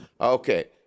Okay